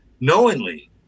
knowingly